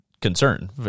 concern